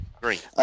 Great